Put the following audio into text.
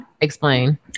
explain